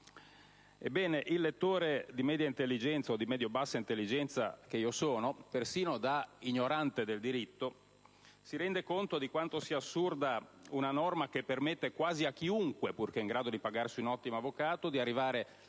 Ebbene, il lettore di media intelligenza, o di medio-bassa intelligenza, quale io sono, persino da ignorante del diritto si rende conto di quanto sia assurda una norma che permette quasi a chiunque, purché in grado di pagare un ottimo avvocato, di arrivare